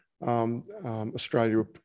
Australia